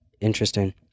Interesting